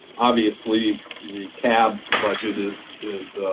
obviously, the cab budget is is